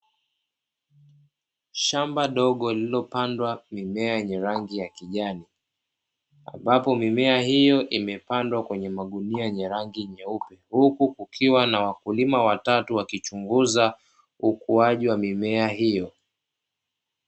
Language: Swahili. Shamba dogo lililopandwa mimea yenye rangi ya kijani ambapo mimea hiyo imepandwa kwenye magunia yenye rangi nyeupe huku kukiwa na wakulima watatu wakichunguza ukuaji wa mimea hiyo.